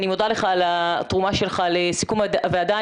אני מודה לך על התרומה שלך לסיכום הוועדה.